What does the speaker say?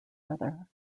weather